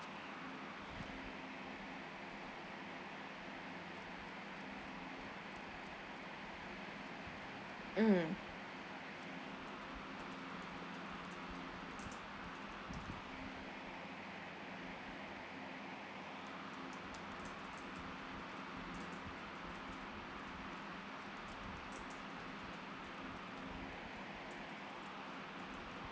mm